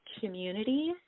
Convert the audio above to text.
community